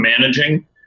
managing